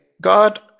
god